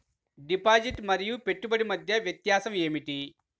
Deposit మరియు పెట్టుబడి మధ్య వ్యత్యాసం ఏమిటీ?